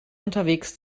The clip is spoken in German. unterwegs